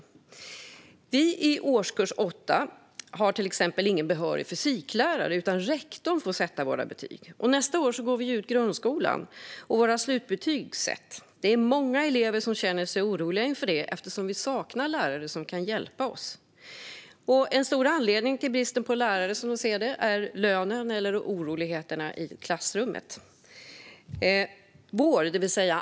Amanda och Ebba säger: Vi i årskurs 8 har till exempel ingen behörig fysiklärare, utan rektorn får sätta våra betyg. Nästa år går vi ut grundskolan, och våra slutbetyg sätts. Det är många elever som känner sig oroliga inför det, eftersom vi saknar lärare som kan hjälpa oss. En stor anledning till bristen på lärare är lönen eller oroligheterna i klassrummet.